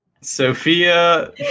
Sophia